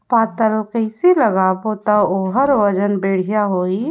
पातल कइसे लगाबो ता ओहार वजन बेडिया आही?